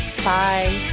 Bye